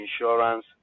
insurance